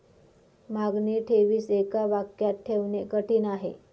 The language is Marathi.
मागणी ठेवीस एका वाक्यात ठेवणे कठीण आहे